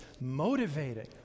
motivating